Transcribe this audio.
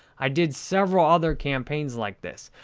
i did several other campaigns like this.